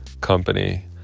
company